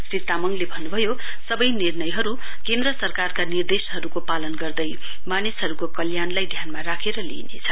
श्री तामङले भन्नुभयो सवै निर्णयहरु केन्द्र सरकारका निर्देशहरुको पालन गर्दै मानिसहरुको कल्याणलाई ध्यानमा राखेर लिइनेछ